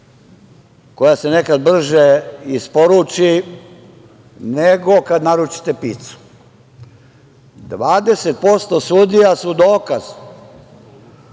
koja se nekada brže isporuči nego kad naručite picu. Naime, 20% sudija su dokaz